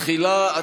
תחילה,